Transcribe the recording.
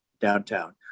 downtown